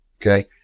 okay